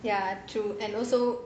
ya true and also